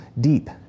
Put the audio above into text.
deep